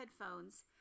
headphones